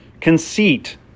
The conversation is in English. Conceit